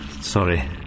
Sorry